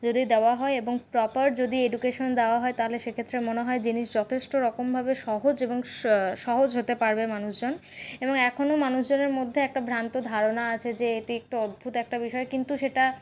যদি দেওয়া হয় এবং প্রপার যদি এডুকেশন দেওয়া হয় তাহলে সে ক্ষেত্রে মনে হয় জিনিস যথেষ্ট রকমভাবে সহজ এবং সহজ হতে পারবে মানুষজন এবং এখনও মানুষজনের মধ্যে একটা ভ্রান্ত ধারণা আছে যে এটি একটি অদ্ভুত একটা বিষয় কিন্তু সেটা